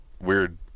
weird